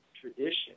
tradition